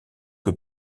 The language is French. que